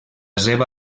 seva